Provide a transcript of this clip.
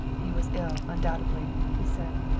he was ill, undoubtedly, he said.